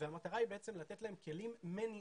והמטרה היא בעצם לתת להם כלים מניעתיים.